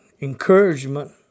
encouragement